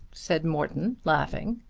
said morton laughing.